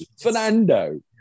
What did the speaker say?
Fernando